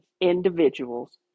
individuals